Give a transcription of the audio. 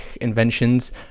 inventions